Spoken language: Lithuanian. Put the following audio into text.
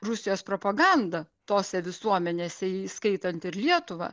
rusijos propaganda tose visuomenėse įskaitant ir lietuvą